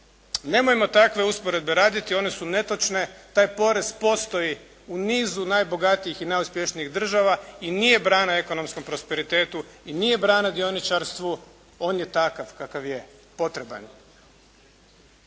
Nemojmo takve usporedbe raditi, one su netočne, taj porez postoji u nizu najbogatijih i najuspješnijih država i nije brana ekonomskom prosperitetu i nije brana dioničarstvu, on je takav kakav je, potreban.